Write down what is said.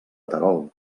terol